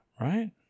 Right